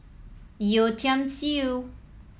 Yeo Tiam Siew